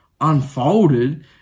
unfolded